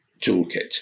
toolkit